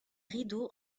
rideaux